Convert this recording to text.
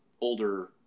older